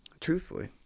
truthfully